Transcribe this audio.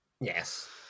Yes